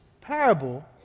parable